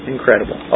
Incredible